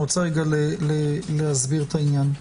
אני רוצה רגע להסביר את העניין.